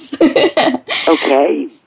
Okay